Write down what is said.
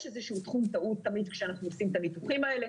יש איזשהו תחום טעות תצמיד כשאנחנו עושים את הניתוחים האלה.